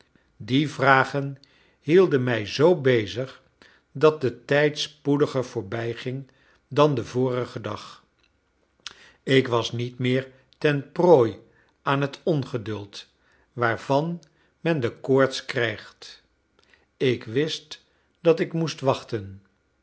die vragen hielden mij zoo bezig dat de tijd spoediger voorbijging dan den vorigen dag ik was niet meer ten prooi aan het ongeduld waarvan men de koorts krijgt ik wist dat ik moest wachten